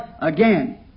again